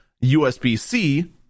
USB-C